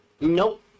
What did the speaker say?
Nope